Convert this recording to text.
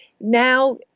Now